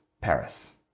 Paris